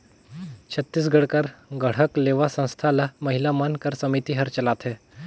छत्तीसगढ़ कर गढ़कलेवा संस्था ल महिला मन कर समिति हर चलाथे